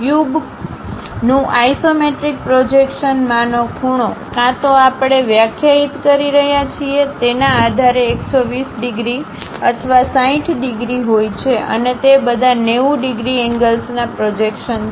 ક્યુબક્યુબ નું આઇસોમેટ્રિક પ્રોજેક્શનમાંનો ખૂણો કાં તો આપણે વ્યાખ્યાયિત કરી રહ્યા છીએ તેના આધારે 120 ડિગ્રી અથવા 60 ડિગ્રી હોય છે અને તે બધા 90 ડિગ્રી એંગલ્સના પ્રોજેક્શન છે